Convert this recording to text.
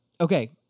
Okay